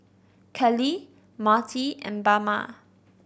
Kellie Marty and Bama